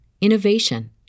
innovation